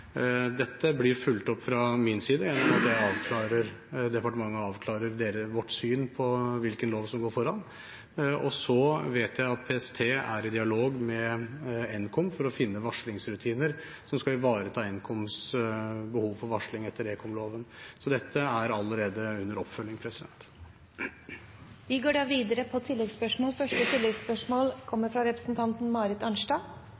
Dette blir fulgt opp fra min side. Departementet avklarer vårt syn på hvilken lov som går foran. Så vet jeg at PST er i dialog med NKOM for å finne varslingsrutiner som skal ivareta NKOMs behov for varsling etter ekomloven. Så dette er allerede under oppfølging.